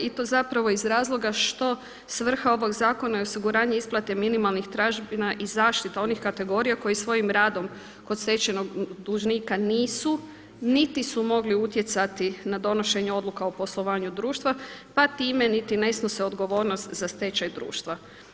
I to zapravo iz razloga što svrha ovog zakona je osiguranje isplate minimalnih tražbina i zaštita onih kategorija koji svojim radom kod stečajnog dužnika nisu niti su mogli utjecati na donošenje odluka o poslovanju društva pa time niti ne snose odgovornost za stečaj društva.